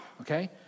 okay